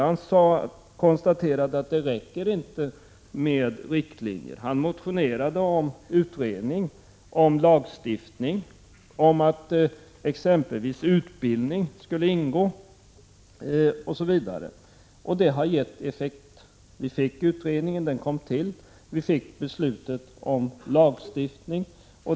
Han konstaterade att det inte räckte med riktlinjer och motionerade om en utredning av frågan om lagstiftning, frågan om huruvida utbildning skulle ingå, osv. Detta har gett effekt. Vi fick utredningen, och vi fick beslutet om lagstiftning.